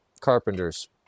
carpenters